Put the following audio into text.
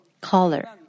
color